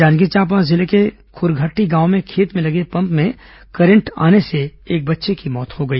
जांजगीर चांपा जिले के खुरघट्टी गांव में खेत में लगे पम्प में करंट आने से एक बच्चे की मौत हो गई